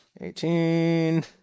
Eighteen